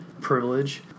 privilege